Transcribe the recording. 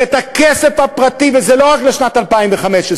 ואת הכסף הפרטי, וזה לא רק לשנת 2015,